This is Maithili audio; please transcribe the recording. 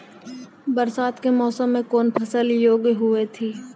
बरसात के मौसम मे कौन फसल योग्य हुई थी?